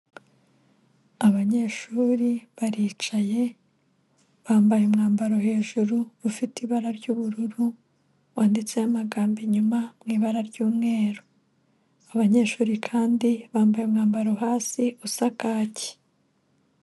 Abanyeshuri baricaye bambaye umwambaro hejuru ufite ibara ry'ubururu wanditseho amagambo inyuma mu ibara ry'umweru, abanyeshuri kandi bambaye umwambaro hasi usa kaki.